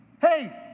Hey